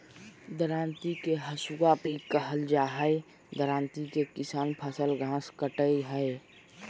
दरांती के हसुआ भी कहल जा हई, दरांती से किसान फसल, घास काटय हई